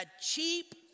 cheap